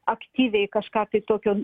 aktyviai kažką tai tokio